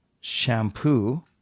shampoo